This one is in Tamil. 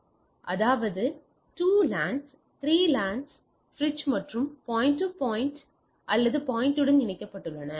எனவே ஒரு பாலம் இணைப்பைக் கொண்டிருக்கலாம் அதாவது 2 லேன்ஸ் 3 லேன்ஸ் பிரிட்ஜ் மற்றும் பாயிண்ட் டு பாயிண்ட் அல்லது பாயிண்ட்டுடன் இணைக்கப்பட்டுள்ளன